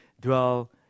dwell